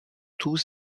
tous